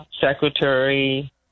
secretary